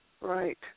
right